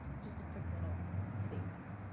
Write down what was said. just a quick little statement.